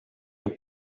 heb